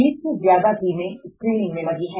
बीस से ज्यादा टीमें स्क्रीनिंग में लगी है